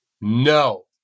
No